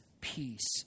peace